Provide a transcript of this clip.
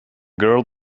girl